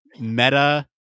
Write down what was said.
Meta